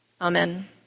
Amen